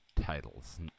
titles